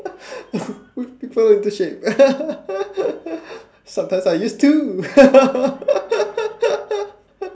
whip people into shape sometimes I use two